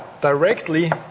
directly